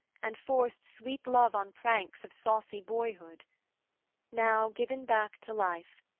and forced sweet love on pranks of saucy boyhood now, given back to life,